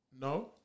No